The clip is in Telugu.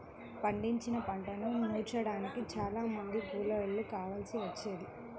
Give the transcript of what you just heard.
పండించిన పంటను నూర్చడానికి చానా మంది కూలోళ్ళు కావాల్సి వచ్చేది